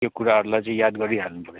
त्यो कुराहरूलाई चाहिँ याद गरिहाल्नु पर्यो